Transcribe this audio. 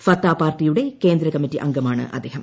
Fatah പാർട്ടിയുടെ കേന്ദ്ര committee അംഗമാണ് അദ്ദേഹം